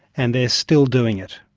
and they're still doing it.